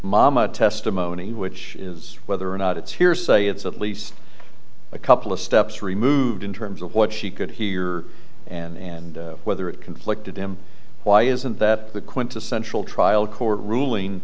mama testimony which is whether or not it's hearsay it's at least a couple of steps removed in terms of what she could hear and whether it conflicted him why isn't that the quintessential trial court ruling